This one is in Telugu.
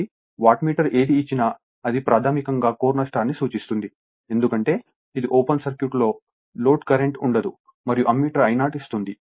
కాబట్టి వాట్మీటర్ ఏది ఇచ్చినా అది ప్రాథమికంగా కోర్ నష్టాన్ని సూచిస్తుంది ఎందుకంటే ఇది ఓపెన్ సర్క్యూట్ లో లోడ్ కరెంట్ ఉండదు మరియు అమ్మీటర్ I0 ఇస్తుంది